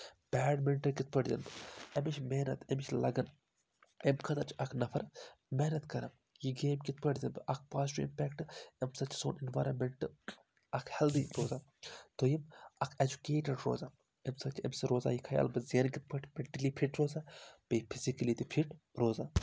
badminton کِتھ پٲٹھۍ زینہٕ بہٕ أمِس چھِ محنت أمِس چھِ لَگَن اَمہِ خٲطرٕ چھِ اَکھ نَفَر محنت کَران یہِ گیم کِتھ پٲٹھۍ زینہٕ بہٕ اَکھ پازِٹِو اِمپیکٹ اَمہِ سۭتۍ چھِ سون اٮ۪نوارَمٮ۪نٛٹ اَکھ ہٮ۪لدی روزان دوٚیُم اَکھ ایجوکیٹٕڈ روزان اَمہِ سۭتۍ چھِ أمِس روزان یہِ خیال بہٕ زینہٕ کِتھ پٲٹھۍ مٮ۪نٹٔلی فِٹ روزان بیٚیہِ فِزِکٔلی تہِ فِٹ روزان